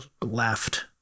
left